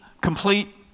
Complete